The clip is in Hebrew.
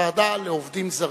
ועדה לעובדים זרים,